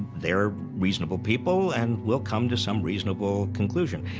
they're reasonable people, and we'll come to some reasonable conclusion.